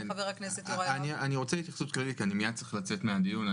אני רוצה התייחסות כללית כי אני מיד צריך לצאת מהדיון.